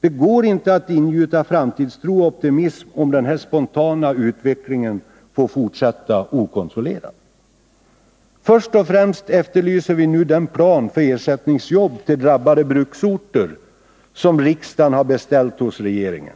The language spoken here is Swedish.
Det går inte att ingjuta framtidstro och optimism om den här spontana utvecklingen får fortsätta okontrollerat. Först och främst efterlyser vi nu den plan för ersättningsjobb till drabbade bruksorter som riksdagen har beställt hos regeringen.